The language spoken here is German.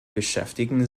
beschäftigen